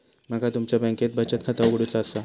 माका तुमच्या बँकेत बचत खाता उघडूचा असा?